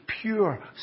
pure